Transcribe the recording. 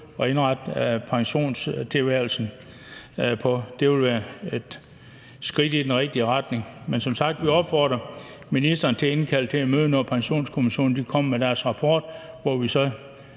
at indrette pensionisttilværelsen på? Det ville være et skridt i den rigtige retning. Men som sagt: Vi opfordrer ministeren til at indkalde til et møde, når Pensionskommissionen kommer med sin rapport, hvor så